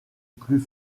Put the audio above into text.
plus